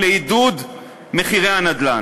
לעידוד מחירי הנדל"ן,